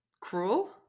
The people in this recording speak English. Cruel